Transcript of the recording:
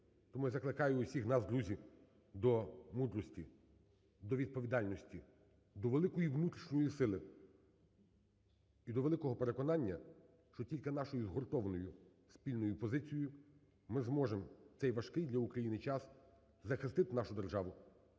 Тому я закликаю усіх нас, друзі, до мудрості, до відповідальності, до великої внутрішньої сили і до великого переконання, що тільки нашою згуртованою спільною позицією ми зможемо в цей важкий для України час захистити нашу державу,